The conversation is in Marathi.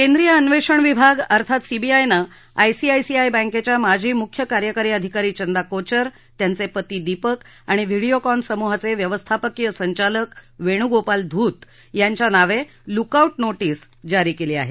केंद्रीय अन्वेषण विभाग अर्थात सीबीआयनं आयसीआयसीआय बँकेच्या माजी मुख्य कार्यकारी अधिकारी चंदा कोचर त्यांचे पती दीपक आणि व्हिडिओकॉन समूहाचे व्यवस्थापकीय संचालक वेणुगोपाल धूत यांच्या नावे लुकआऊट नोटीस जारी केली आहे